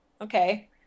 Okay